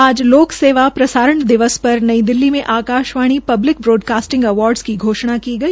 आज लोकसेवा प्रसारण दिवस पर नई दिल्ली में आकाशवाणी पब्लिक ब्रोडकास्टिंग अवार्ड की घोषणा की गई